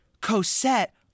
Cosette